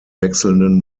wechselnden